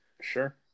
Sure